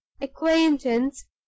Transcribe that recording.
acquaintance